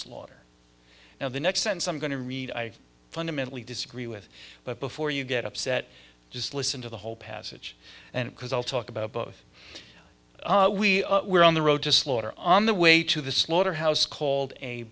slaughter now the next sense i'm going to read i fundamentally disagree with but before you get upset just listen to the whole passage and because i'll talk about both we were on the road to slaughter on the way to the slaughter house called a